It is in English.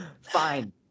Fine